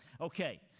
Okay